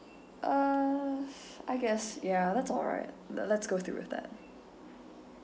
uh I guess ya that's alright le~ let's go through with that